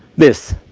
this.